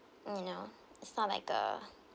you know it's not like uh